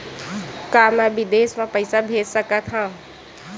का मैं विदेश म पईसा भेज सकत हव?